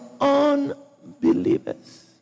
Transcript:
unbelievers